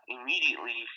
Immediately